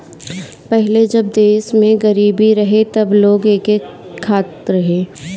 पहिले जब देश में गरीबी रहे तब लोग एके खात रहे